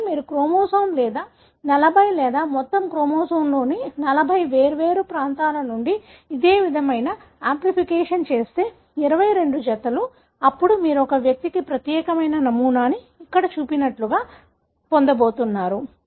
కానీ మీరు క్రోమోజోమ్ లేదా 40 లేదా మొత్తం క్రోమోజోమ్లోని 40 వేర్వేరు ప్రాంతాల నుండి ఇదే విధమైన యాంప్లిఫికేషన్ చేస్తే 22 జతలు అప్పుడు మీరు ఒక వ్యక్తికి ప్రత్యేకమైన నమూనాను ఇక్కడ చూపినట్లుగా పొందబోతున్నారు